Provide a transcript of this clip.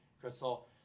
Crystal